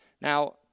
Now